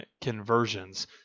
conversions